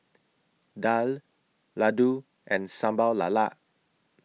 Daal Laddu and Sambal Lala